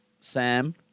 Sam